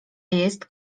jest